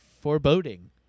foreboding